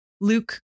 Luke